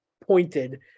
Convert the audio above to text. pointed